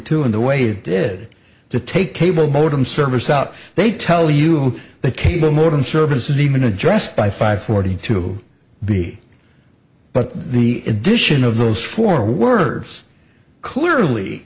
two in the way it did to take cable modem service out they tell you that cable modem service is even addressed by five forty two b but the addition of those four words clearly